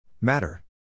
Matter